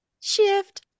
Shift